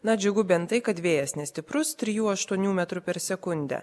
na džiugu bent tai kad vėjas nestiprus trijų aštuonių metrų per sekundę